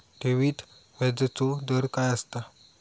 ठेवीत व्याजचो दर काय असता?